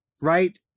right